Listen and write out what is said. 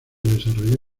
desarrolló